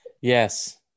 Yes